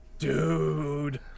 Dude